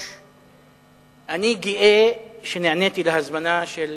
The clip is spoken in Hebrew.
אני גאה שנעניתי להזמנה של